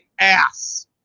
ass